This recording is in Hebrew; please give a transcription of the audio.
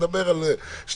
נדבר על שנתיים.